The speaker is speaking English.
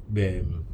ben